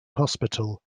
hospital